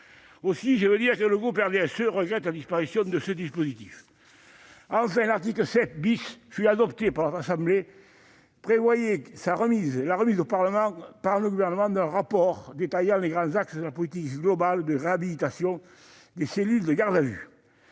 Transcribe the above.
Sainte-Barbe ... Le groupe RDSE regrette donc la disparition de ce dispositif. Enfin, l'article 7 , adopté par notre assemblée, prévoyait la remise au Parlement par le Gouvernement d'un rapport détaillant les grands axes de la politique globale de réhabilitation des cellules de gardes à vue.